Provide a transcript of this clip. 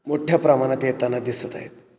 मोठ्या प्रमाणात येताना दिसत आहेत